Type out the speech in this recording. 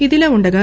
ఇదిలాఉండగా